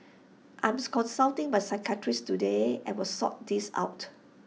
I'm consulting my psychiatrist today and will sort this out